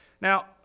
Now